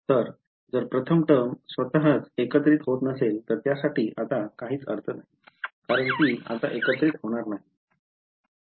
तर जर प्रथम टर्म स्वतःच एकत्रित होत नसेल तर त्यासाठी आता काहीच अर्थ नाही कारण ती आता एकत्रित होणार नाही